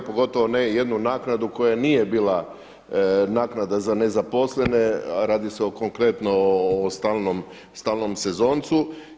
Pogotovo ne jednu naknadu koja nije bila naknada za nezaposlene, a radi se konkretno o stalnom sezoncu.